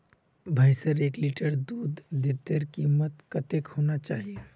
भैंसेर एक लीटर दूधेर कीमत कतेक होना चही?